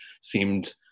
seemed